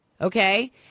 Okay